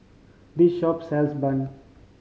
this shop sells bun